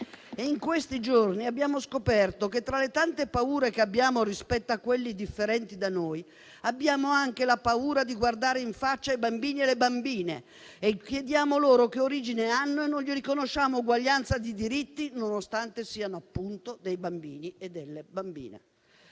In questi giorni abbiamo scoperto che, tra le tante paure che abbiamo rispetto a quelli differenti da noi, abbiamo anche la paura di guardare in faccia i bambini e le bambine e chiediamo loro che origine hanno e non gli riconosciamo uguaglianza di diritti, nonostante siano appunto dei bambini e delle bambine.